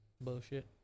Bullshit